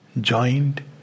joined